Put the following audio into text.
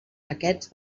aquests